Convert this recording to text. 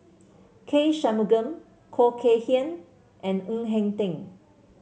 K Shanmugam Khoo Kay Hian and Ng Eng Teng